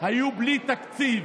היו בלי תקציב.